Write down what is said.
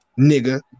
nigga